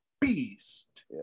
beast